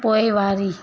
पोइवारी